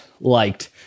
liked